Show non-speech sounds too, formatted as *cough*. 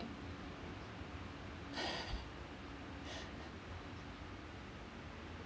*breath*